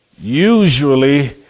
usually